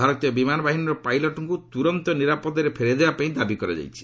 ଭାରତୀୟ ବିମାନ ବାହିନୀର ପାଇଲଟ୍ଙ୍କ ତ୍ରରନ୍ତ ନିରାପଦରେ ଫେରାଇ ଦେବାପାଇଁ ଦାବି କରାଯାଇଛି